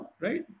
right